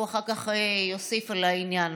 והוא אחר כך יוסיף על העניין.